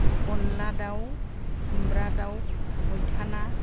अनला दाउ खुम्ब्रा दाउ मैथा ना